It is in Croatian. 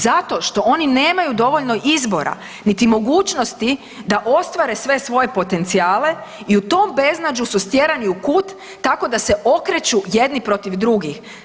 Zato što oni nemaju dovoljno izbora niti mogućnosti da ostvare sve svoje potencijale i u tom beznađu su stjerani u kut tako da se okreću jedni protiv drugih.